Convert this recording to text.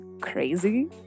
crazy